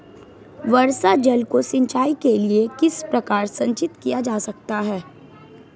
वर्षा जल को सिंचाई के लिए किस प्रकार संचित किया जा सकता है?